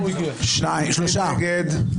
מי נגד?